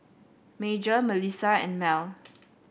Major Melissa and Mell